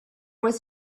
was